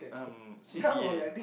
um C_C_A